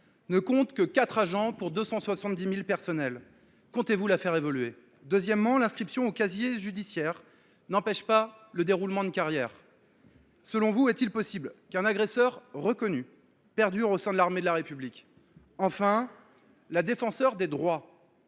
ne compte que 4 agents pour 270 000 personnels : comptez vous la faire évoluer ? Deuxièmement, l’inscription au casier judiciaire n’empêche pas la poursuite de la carrière. Selon vous, est il possible qu’un agresseur reconnu demeure dans l’armée de la République ? Troisièmement et enfin, la Défenseure des droits